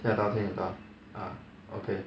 听得到听得到 ah okay